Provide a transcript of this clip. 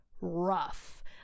rough